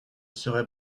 serai